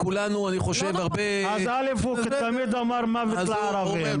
אז קודם כול הוא תמיד אמר מוות לערבים.